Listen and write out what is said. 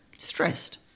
stressed